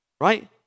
Right